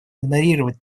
игнорировать